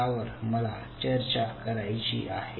यावर मला चर्चा करायची आहे